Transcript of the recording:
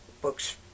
books